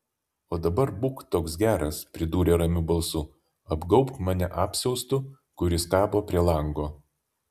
o dabar būk toks geras pridūrė ramiu balsu apgaubk mane apsiaustu kuris kabo prie lango